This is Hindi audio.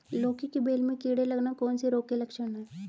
लौकी की बेल में कीड़े लगना कौन से रोग के लक्षण हैं?